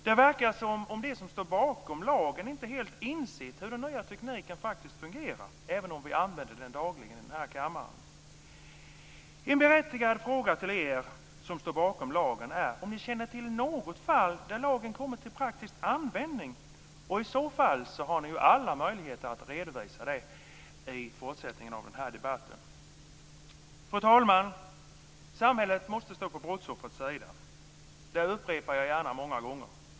Det verkar som om de som står bakom lagen inte helt insett hur den nya tekniken faktiskt fungerar, även om vi i den här kammaren använder den dagligen. En berättigad fråga till er som står bakom lagen är om ni känner till något fall där lagen kommit till praktisk användning. Och i så fall har ni alla möjligheter att redovisa det i fortsättningen av denna debatt. Fru talman! Samhället måste stå på brottsoffrets sida. Det upprepar jag gärna många gånger.